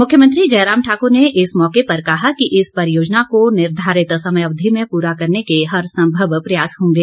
मुख्यमंत्री जयराम ठाकुर ने इस मौके पर कहा कि इस परियोजना को निर्धारित समयावधि में पूरा करने के हर सम्भव प्रयास होंगे